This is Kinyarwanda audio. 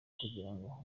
kugirango